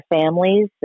families